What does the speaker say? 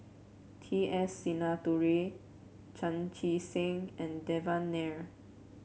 T S Sinnathuray Chan Chee Seng and Devan Nair